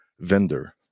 vendor